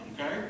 Okay